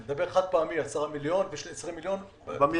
אני מדבר חד פעמי 10 מיליון ו-20 מיליון --- מידית,